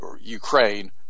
Ukraine